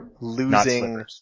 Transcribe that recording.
losing